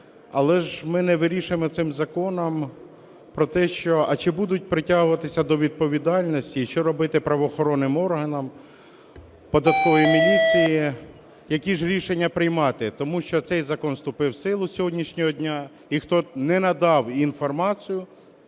але ж ми не вирішуємо цим законом про те, а чи будуть притягуватися до відповідальності і що робити правоохоронним органам, податковій міліції, які ж рішення приймати, тому що цей закон вступив в силу із сьогоднішнього дня, і хто не надав інформацію